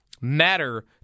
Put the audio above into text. matter